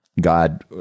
God